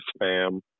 spam